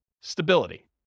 stability